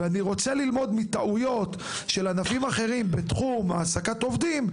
ואני רוצה ללמוד מטעויות של ענפים אחרים בתחום העסקת עובדים,